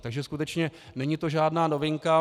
Takže to skutečně není žádná novinka.